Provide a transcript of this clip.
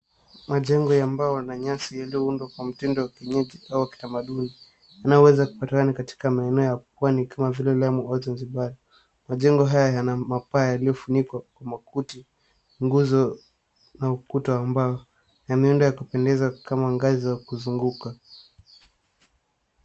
Majengo ambayo yana nyasi yalioundwa kwa mfumo wa kienyeji au ya kitamaduni yanayoweza kupatikana katima maeneo ya Pwani kama vile Lamu na zanzibar. Majengo haya yana mapaa yaliyofunikwa kwa makuti, nguzo na ukuta wa mbao na miundo ya kupendeza kama ngazi za kuzunguka.